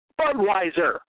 Budweiser